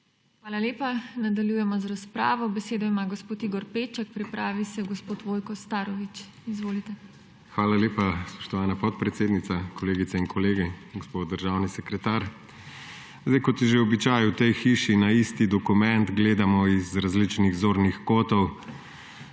Hvala lepa. Nadaljujemo razpravo. Besedo ima gospod Igor Peček, pripravi naj se gospod Vojko Starović. Izvolite. **IGOR PEČEK (PS LMŠ):** Hvala lepa, spoštovana podpredsednica. Kolegice in kolegi, gospod državni sekretar! Kot je že običaj v tej hiši, na isti dokument gledamo z različnih zornih kotov,